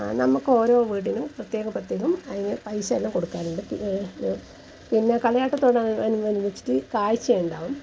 ആ നമുക്കോരോ വീടിനും പ്രത്യേകം പ്രത്യേകം അതിന് പൈസയെല്ലാം കൊടുക്കലുണ്ട് പിന്നെ പിന്നെ കളിയാട്ടം തുടങ്ങുന്നതിനോട് അനുബന്ധിച്ചിട്ട് കാഴ്ചയുണ്ടാകും